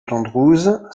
andrews